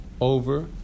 over